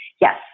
Yes